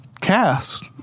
cast